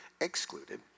excluded